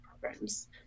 programs